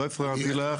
לא הפרעתי לך.